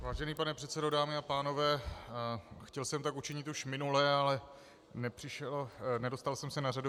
Vážený pane předsedo, dámy a pánové, chtěl jsem tak učinit už minule, ale nedostal jsem se na řadu.